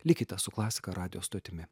likite su klasika radijo stotimi